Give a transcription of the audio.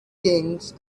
kings